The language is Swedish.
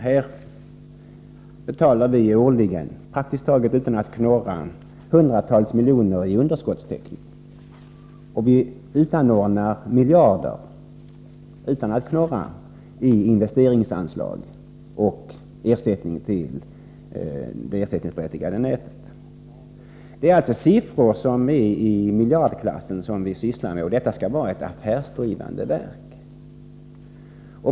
Här betalar vi årligen, praktiskt taget utan att knorra, hundratals miljoner i underskottstäckning, och vi utanordnar miljarder, också utan att knorra, i investeringsanslag och ersättning till det ersättningsberättigade nätet. Det är alltså siffror i miljardklassen som vi sysslar med — och detta skall vara ett affärsdrivande verk.